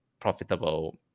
profitable